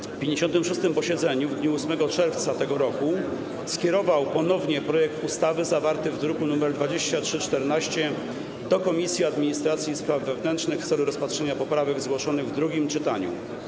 Sejm na 56. posiedzeniu w dniu 8 czerwca br. skierował ponownie projekt ustawy zawarty w druku nr 2314 do Komisji Administracji i Spraw Wewnętrznych w celu rozpatrzenia poprawek zgłoszonych w drugim czytaniu.